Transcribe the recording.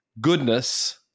goodness